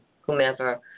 whomever